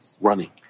running